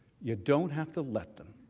you don't have to let them.